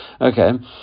Okay